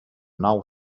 nou